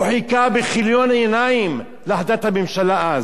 הוא חיכה בכיליון עיניים להחלטת הממשלה אז,